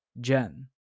Jen